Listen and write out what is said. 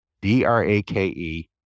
d-r-a-k-e